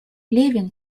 левин